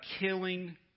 killing